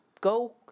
go